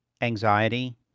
anxiety